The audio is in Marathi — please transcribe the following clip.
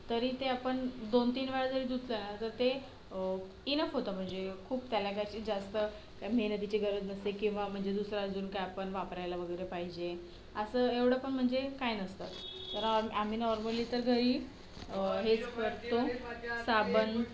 तरी ते आपण दोन तीन वेळा जरी धुतलं ना तर ते इनफ होतं म्हणजे खूप त्याला काही अशी जास्त काही मेहनतीची गरज नसते किंवा म्हणजे दुसरं अजून काही आपण वापरायला वगैरे पाहिजे असं एवढं पण म्हणजे काय नसतं तर आ आम्ही नॉर्मली तर घरी हेच भरतो साबण